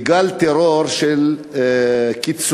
לגל טרור של קיצונים